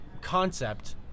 concept